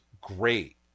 great